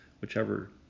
whichever